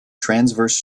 transverse